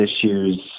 issues